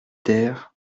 ter